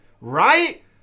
right